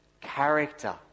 character